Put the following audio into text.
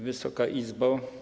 Wysoka Izbo!